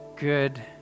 Good